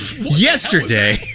yesterday